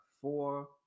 Four